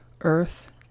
earth